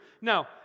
Now